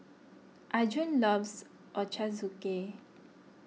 Arjun loves Ochazuke